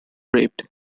raped